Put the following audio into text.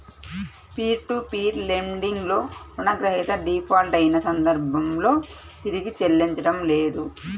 peer to peer lending లో రుణగ్రహీత default అయిన సందర్భంలో తిరిగి చెల్లించడం లేదు